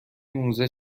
موزه